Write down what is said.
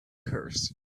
curse